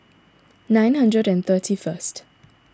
nine hundred and thirty first